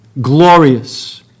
glorious